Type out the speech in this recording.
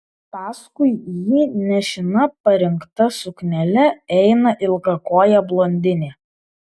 paskui jį nešina parinkta suknele eina ilgakojė blondinė